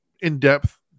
in-depth